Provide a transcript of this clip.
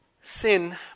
sin